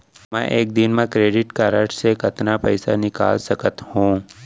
मैं एक दिन म क्रेडिट कारड से कतना पइसा निकाल सकत हो?